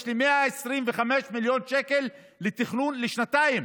יש לי 125 מיליון שקל לתכנון לשנתיים,